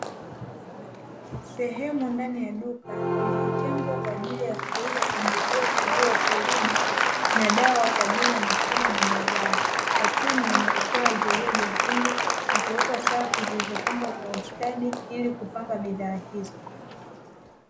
Sehemu ndani ya duka iliyotengwa kwa ajili ya kuuza pembejeo kwa ajili ya kilimo, na dawa kwa ajili ya mifugo na mazao, kwa chini imewekewa zulia nyekundu na kuwekwa safu zilizopangwa kwa ustadi ili kupanga bidhaa hizo.